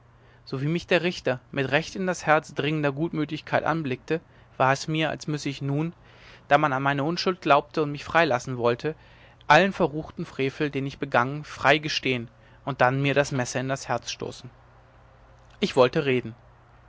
sowie mich der richter mit recht in das herz dringender gutmütigkeit anblickte war es mir als müsse ich nun da man an meine unschuld glaubte und mich freilassen wollte allen verruchten frevel den ich begangen frei gestehen und dann mir das messer in das herz stoßen ich wollte reden